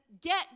get